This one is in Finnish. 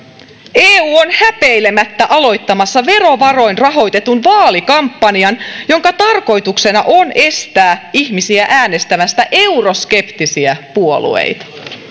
eu on häpeilemättä aloittamassa verovaroin rahoitetun vaalikampanjan jonka tarkoituksena on estää ihmisiä äänestämästä euroskeptisiä puolueita